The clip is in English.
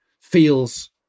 feels